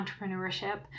entrepreneurship